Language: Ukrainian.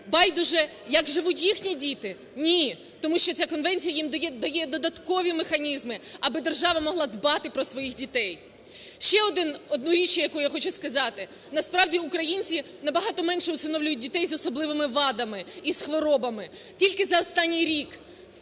байдуже, як живуть їхні діти? Ні. Тому що ця конвенція їм дає додаткові механізми, аби держава могла дбати про своїх дітей. Ще одну річ, яку я хочу сказати. Насправді, українці набагато менше усиновлюють дітей з особливими вадами, із хворобами. Тільки за останній рік